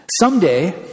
Someday